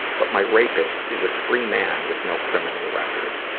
but my rapist is a free man with no criminal record?